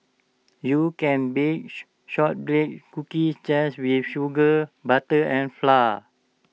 you can bake Shortbread Cookies just with sugar butter and flour